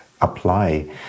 apply